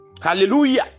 hallelujah